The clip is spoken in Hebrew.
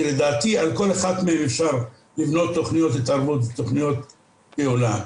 לדעתי על כל אחד מהן אפשר לבנות תוכניות התערבות ותוכניות פעולה.